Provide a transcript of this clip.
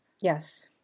Yes